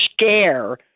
scare